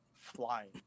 flying